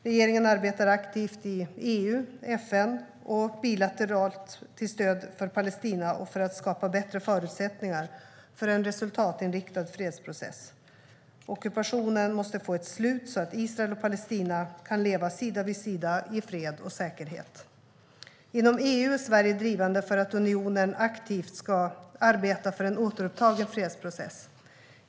Regeringen arbetar aktivt i EU, FN och bilateralt till stöd för Palestina och för att skapa bättre förutsättningar för en resultatinriktad fredsprocess. Ockupationen måste få ett slut så att Israel och Palestina kan leva sida vid sida i fred och säkerhet. Inom EU är Sverige drivande för att unionen aktivt ska arbeta för en återupptagen fredsprocess.